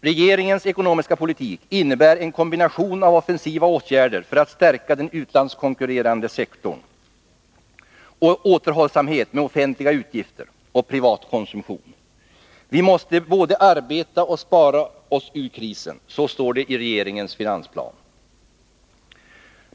Regeringens ekonomiska politik innebär en kombination av offensiva åtgärder för att stärka den utlandskonkurrerande sektorn samt stimulera till återhållsamhet med offentliga utgifter och privat konsumtion. Vi måste både arbeta och spara oss ur krisen, står det i regeringens finansplan.